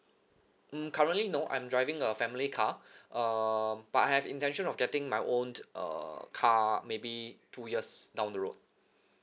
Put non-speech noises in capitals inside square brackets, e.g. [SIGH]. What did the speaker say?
mm currently no I'm driving a family car [BREATH] uh but I have intention of getting my own uh car maybe two years down the road [BREATH]